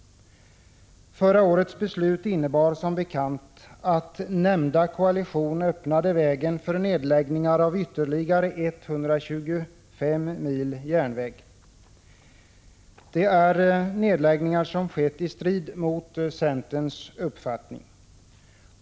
Förra årets beslut innebar som bekant att nämnda koalition öppnade vägen för nedläggningar av ytterligare 125 mil järnväg. Det är nedläggningar som skett i strid mot centerns uppfattning.